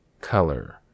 color